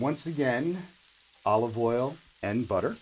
once again olive oil and butter